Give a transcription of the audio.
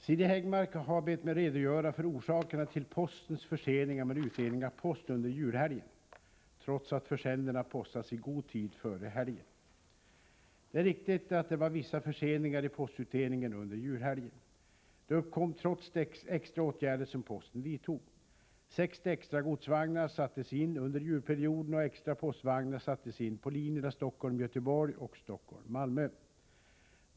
Herr talman! Siri Häggmark har bett mig redogöra för orsakerna till postens förseningar med utdelning av post under julhelgen, trots att försändelserna postats i god tid före helgen. Det är riktigt att det var vissa förseningar i postutdelningen under julhelgen. De uppkom trots de extra åtgärder som posten vidtog. 60 extra godsvagnar sattes in under julperioden, och extra postvagnar sattes in på linjerna Stockholm-Göteborg och Stockholm-Malmö.